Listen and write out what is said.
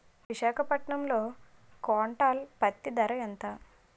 విశాఖపట్నంలో క్వింటాల్ పత్తి ధర ఎంత?